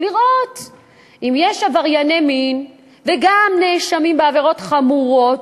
אם יש עברייני מין וגם נאשמים בעבירות חמורות,